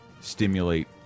stimulate